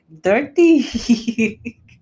dirty